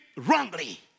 wrongly